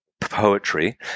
poetry